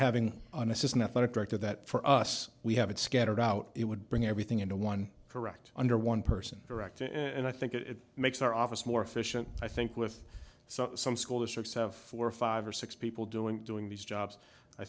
having an assistant athletic director that for us we have it scattered out it would bring everything into one correct under one person direct and i think it makes our office more efficient i think with some some school districts have four or five or six people doing doing these jobs i